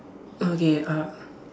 okay uh